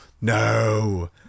No